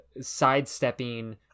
sidestepping